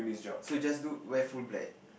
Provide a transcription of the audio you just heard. so just do wear full black